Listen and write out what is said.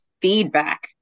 feedback